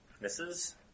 Misses